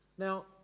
Now